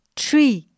tree